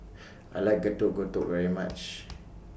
I like Getuk Getuk very much